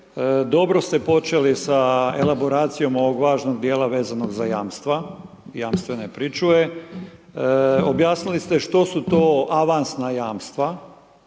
dobro ste počeli za elaboracijom ovog važnog dijela vezanog za jamstva, jamstvene pričuve. Objasnili ste što su to avansna jamstva,